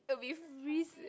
will be freeze